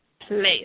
place